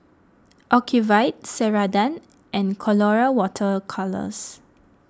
Ocuvite Ceradan and Colora Water Colours